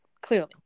Clearly